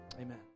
Amen